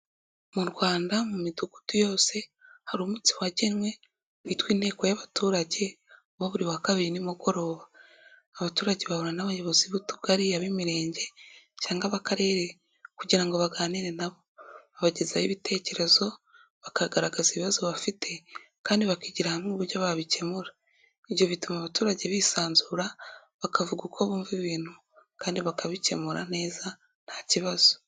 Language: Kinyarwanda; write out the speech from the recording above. Mu Rwanda mu midugudu yose, hari umunsi wagenwe witwa inteko y'abaturage wa buri wa kabiri nimugoroba. Abaturage bahura n'abayobozi b'utugari, ab'imirenge cyangwa b'Akarere kugira ngo baganire nabo. Babagezaho ibitekerezo, bakagaragaza ibibazo bafite kandi bakigira hamwe uburyo babikemura. Ibyo bituma abaturage bisanzura bakavuga uko bumva ibintu kandi bakabikemura neza nta kibazo.